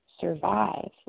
survive